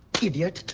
idiot.